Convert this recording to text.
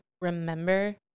remember